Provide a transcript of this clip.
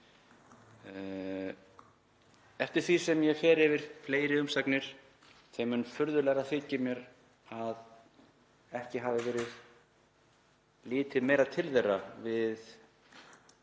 Eftir því sem ég fer yfir fleiri umsagnir þeim mun furðulegra þykir mér að ekki hafði verið litið meira til þeirra við